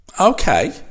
Okay